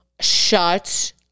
Shut